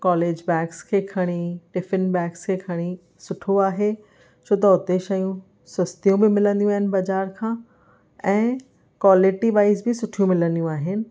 college bags खे खणी tiffin bags खे खणी सुठो आहे छो त हुते शयूं सस्तीयूं बि मिलंदी आहिनि ॿाज़ारि खां ऐं क्वालिटी वाइज़ बि सुठियूं मिलंदी आहिनि